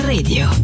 Radio